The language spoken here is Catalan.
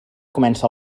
comença